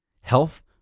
health